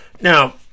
Now